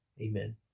Amen